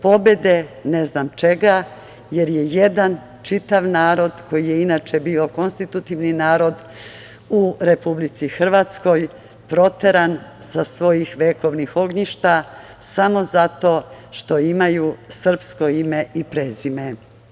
Pobede ne znam čega, jer je jedan čitav narod koji je inače bio konstitutivni narod u Republici Hrvatskoj proteran sa svojih vekovnih ognjišta, samo zato što imaju srpsko ime i prezime.